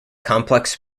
complex